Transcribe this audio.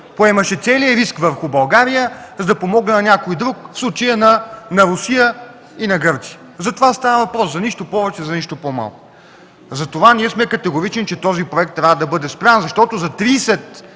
поемаше целия риск върху България, за да помогне на някой друг – в случая на Русия и на Гърция. За това става въпрос, за нищо повече и за нищо по-малко. Ние сме категорични, че този проект трябва да бъде спрян, защото